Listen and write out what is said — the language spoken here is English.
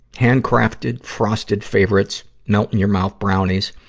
hand-crafted frosted favorites, melt-in-your-mouth brownies.